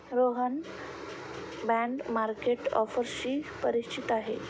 Rohan bond market ऑफर्सशी परिचित आहे